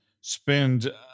spend